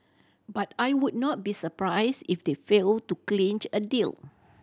but I would not be surprised if they fail to clinch a deal